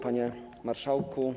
Panie Marszałku!